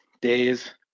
days